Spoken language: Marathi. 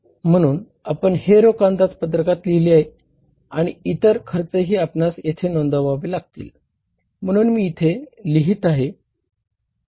म्हणून आपण हे रोख अंदाजपत्रकात लिहिले आणि इतर खर्चही आपणास येथे नोंदवावे लागतील म्हणून मी ते इथे लिहीत आहे